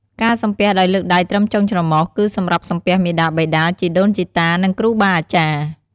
ការសំពះដោយលើកដៃត្រឹមចុងច្រមុះ គឺសម្រាប់សំពះមាតាបិតា ជីដូន ជីតា និងគ្រូបាអាចារ្យ។